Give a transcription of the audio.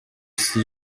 isi